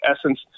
essence